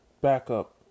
backup